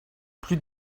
plus